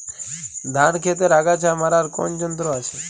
ধান ক্ষেতের আগাছা মারার কোন যন্ত্র আছে?